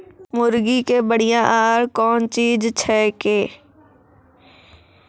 मुर्गी के बढ़िया आहार कौन चीज छै के?